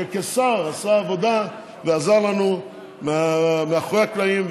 שכשר עשה עבודה ועזר לנו מאחורי הקלעים,